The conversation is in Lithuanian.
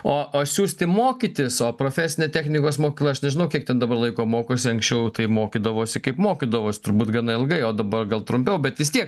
o o siųsti mokytis o profesinė technikos mokykla aš nežinau kiek ten dabar laiko mokosi anksčiau tai mokydavosi kaip mokydavos turbūt gana ilgai o dabar gal trumpiau bet vis tiek